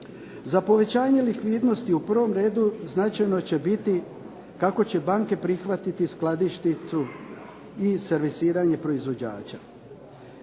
Za povećanje likvidnosti u prvom redu značajno će biti kako će banke prihvatiti skladišnicu i servisiranje proizvođača